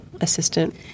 assistant